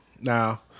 Now